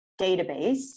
database